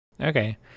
Okay